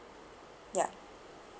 ya